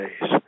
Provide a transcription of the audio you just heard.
days